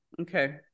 Okay